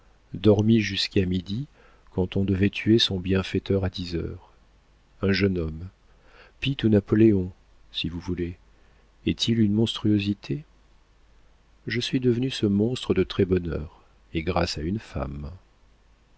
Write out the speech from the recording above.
dormit jusqu'à midi quand on devait tuer son bienfaiteur à dix heures un jeune homme pitt ou napoléon si vous voulez est-il une monstruosité je suis devenu ce monstre de très-bonne heure et grâce à une femme